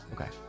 okay